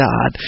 God